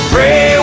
Pray